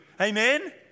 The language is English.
amen